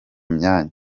myanya